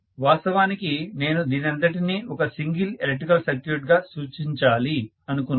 వాస్తవానికి నేను దీనంతటినీ ఒక సింగిల్ ఎలక్ట్రికల్ సర్క్యూట్ గా సూచించాలి అనుకున్నాను